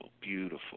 beautiful